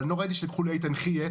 אבל אני לא ראיתי שלקחו לאיתן חייא,